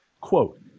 Quote